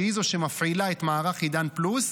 כשהיא זו שמפעילה את מערך עידן פלוס,